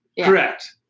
Correct